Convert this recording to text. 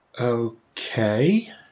Okay